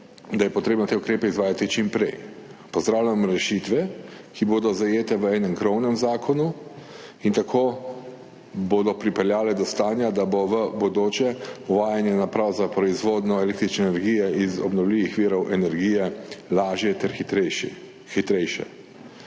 da je treba te ukrepe izvajati čim prej. Pozdravljam rešitve, ki bodo zajete v enem krovnem zakonu in bodo tako pripeljale do stanja, da bo v bodoče uvajanje naprav za proizvodnjo električne energije iz obnovljivih virov energije lažje ter hitrejše.